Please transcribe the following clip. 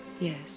Yes